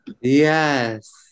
Yes